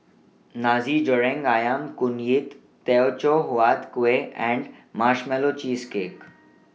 Nasi Goreng Ayam Kunyit Teochew Huat Kueh and Marshmallow Cheesecake